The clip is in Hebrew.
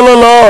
לא לא לא,